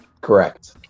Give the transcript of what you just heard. Correct